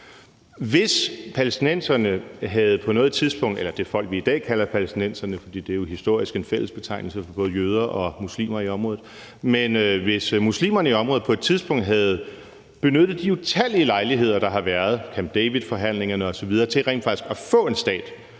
Hvis palæstinenserne, altså muslimerne – for det folk, vi i dag kalder palæstinenserne, er jo historisk en fællesbetegnelse for både jøder og muslimer i området – på noget tidspunkt havde benyttet de utallige lejligheder, der har været, f.eks. Camp David-forhandlingerne osv., til rent faktisk at få en stat,